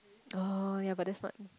oh ya but that's not